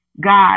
God